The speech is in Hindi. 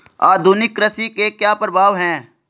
आधुनिक कृषि के क्या प्रभाव हैं?